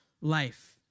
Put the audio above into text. life